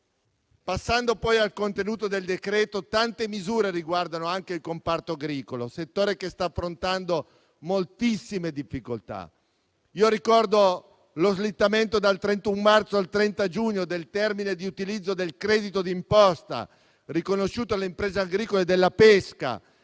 Passando al contenuto del decreto-legge, tante misure riguardano il comparto agricolo, che sta affrontando moltissime difficoltà. Ricordo lo slittamento dal 31 marzo al 30 giugno del termine di utilizzo del credito d'imposta riconosciuto alle imprese agricole e della pesca